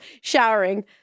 showering